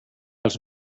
els